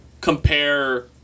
compare